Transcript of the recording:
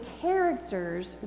characters